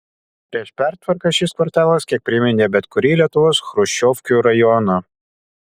prieš pertvarkas šis kvartalas kiek priminė bet kurį lietuvos chruščiovkių rajoną